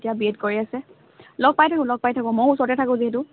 এতিয়া B Ed কৰি আছে লগ পাই থাকোঁ লগ পাই থাকোঁ ময়ো ওচৰতে থাকোঁ যিহেতু